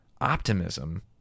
optimism